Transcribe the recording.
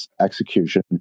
execution